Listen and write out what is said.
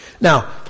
now